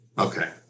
Okay